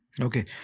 Okay